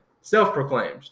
Self-proclaimed